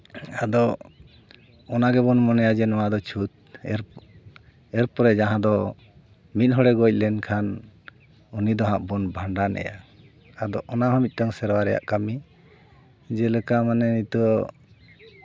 ᱟᱫᱚ ᱱᱚᱣᱟ ᱜᱮᱵᱚᱱ ᱢᱚᱱᱮᱭᱟ ᱡᱮ ᱱᱚᱣᱟ ᱫᱚ ᱪᱷᱩᱸᱛ ᱮᱨᱯᱚᱨᱮ ᱡᱟᱦᱟᱸ ᱫᱚ ᱢᱤᱫ ᱦᱚᱲᱮ ᱜᱚᱡ ᱞᱮᱱᱠᱷᱟᱱ ᱩᱱᱤ ᱫᱚᱦᱟᱸᱜ ᱵᱚᱱ ᱵᱷᱟᱸᱰᱟᱱᱮᱭᱟ ᱟᱫᱚ ᱚᱱᱟᱦᱚᱸ ᱢᱤᱫᱴᱟᱱ ᱥᱮᱨᱣᱟ ᱨᱮᱭᱟᱜ ᱠᱟᱹᱢᱤ ᱡᱮᱞᱮᱠᱟ ᱢᱟᱱᱮ ᱱᱤᱛᱚᱜ